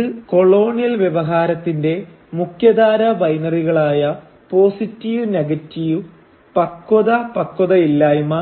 ഇത് കൊളോണിയൽ വ്യവഹാരത്തിന്റെ മുഖ്യധാരാ ബൈനറികളായ പോസിറ്റീവ് നെഗറ്റീവ് പക്വത പക്വതയില്ലായ്മ